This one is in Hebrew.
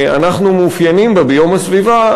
שאנחנו מאופיינים בה ביום הסביבה,